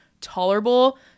Tolerable